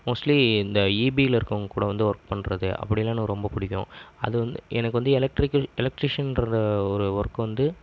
mostly இந்த ஈபியில் இருக்கிறவங்க கூட வந்து ஒர்க் பண்ணறது அப்படியெலாம் எனக்கு ரொம்ப பிடிக்கும் அது வந்து எனக்கு வந்து எலெக்ட்ரிக்கல் எலெக்ட்ரீஷியன்ங்கிற ஒரு ஒர்க் வந்து